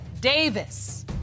Davis